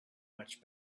much